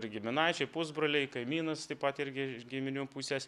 ir giminaičiai pusbroliai kaimynas taip pat irgi iš giminių pusės